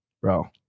bro